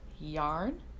yarn